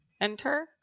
Enter